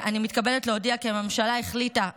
אני מתכבדת להודיע כי הממשלה החליטה כדלקמן: